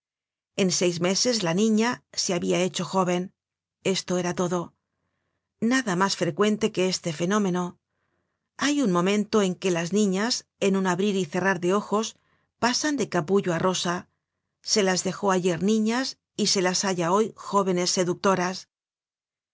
en seis meses la niña se habia hecho jóven esto era todo nada mas frecuente que este fenómeno hay un momento en que las niñas en un abrir y cerrar de ojos pasan de capullo á rosa se las dejó ayer niñas y se las halla hoy jóvenes seductoras